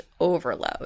overload